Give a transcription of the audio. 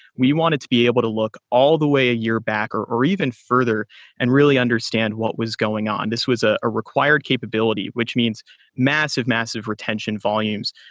we wanted to be able to look all the way a year back or or further and really understand what was going on. this was ah a required capability, which means massive, massive retention volumes.